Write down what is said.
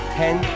ten